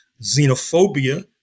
xenophobia